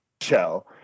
show